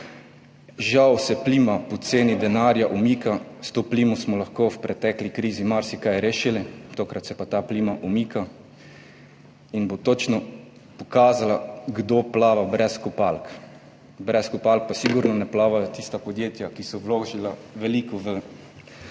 Žal se plima poceni denarja umika, s to plimo smo lahko v pretekli krizi marsikaj rešili, tokrat se pa ta plima umika in bo točno pokazala, kdo plava brez kopalk, brez kopalk pa sigurno ne plavajo tista podjetja, ki so veliko vložila